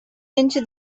into